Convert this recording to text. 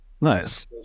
nice